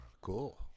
cool